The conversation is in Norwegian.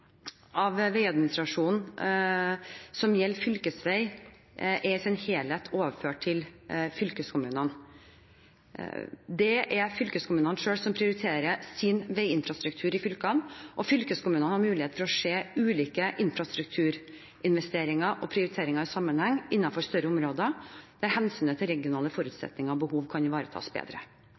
veiadministrasjon som gjelder fylkesvei, er i sin helhet overført til fylkeskommunene. Det er fylkeskommunene selv som prioriterer sin veiinfrastruktur i fylkene. Fylkeskommunene har mulighet for å se ulike infrastrukturinvesteringer og prioriteringer i sammenheng innenfor større områder, der hensynet til regionale forutsetninger og behov kan ivaretas bedre.